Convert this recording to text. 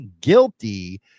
guilty